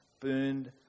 burned